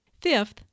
Fifth